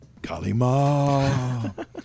Kalima